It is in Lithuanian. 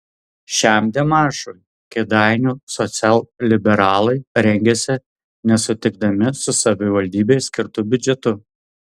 šiam demaršui kėdainių socialliberalai rengėsi nesutikdami su savivaldybei skirtu biudžetu